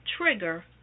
trigger